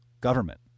government